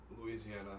Louisiana